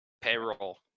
Payroll